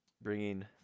bringing